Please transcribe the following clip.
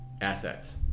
assets